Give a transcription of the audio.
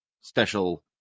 special